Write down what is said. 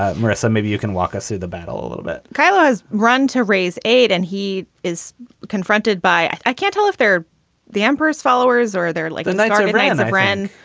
ah marissa, maybe you can walk us through the battle a little bit kyla has run to raise aid and he is confronted by. i can't tell if they're the emperor's followers or they're like the knights and of the brand.